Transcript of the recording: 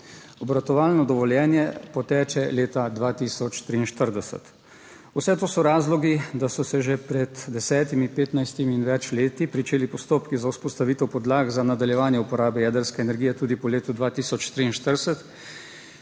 Obratovalno dovoljenje poteče leta 2043. Vse to so razlogi, da so se že pred 10, 15 in več leti pričeli postopki za vzpostavitev podlag za nadaljevanje uporabe jedrske energije tudi po letu 2043,